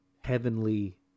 heavenly